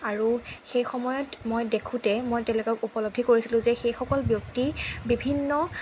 সেই সময়ত মই দেখোঁতে মই তেওঁলোকক উপলব্ধি কৰিছিলোঁ যে সেইসকল ব্যক্তি বিভিন্ন